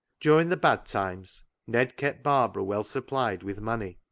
during the bad times ned kept barbara well supplied with money,